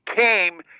came